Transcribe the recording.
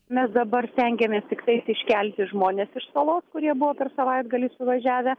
mes dabar stengiamės tiktais iškelti žmones iš salos kurie buvo per savaitgalį suvažiavę